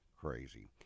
crazy